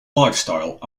lifestyle